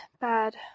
bad